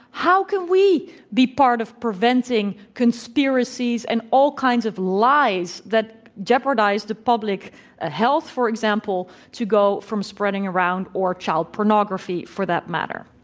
how can we be part of preventing conspiracies and all kinds of lies that jeopardize the public ah health, for example, to go from spreading around, or child pornography for that matter?